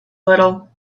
little